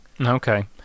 Okay